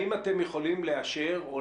רוב השינויים השפיעו בסופו של דבר על יעדי המיסוי.